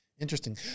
interesting